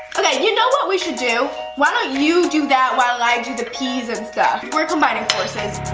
okay, you know what we should do. why don't you do that while i do the peas and stuff? we're combining forces